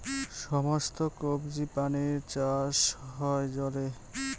সমস্ত কবজি প্রাণীর চাষ হয় জলে